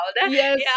Yes